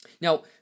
Now